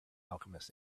alchemist